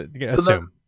assume